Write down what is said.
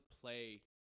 play